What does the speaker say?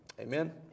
Amen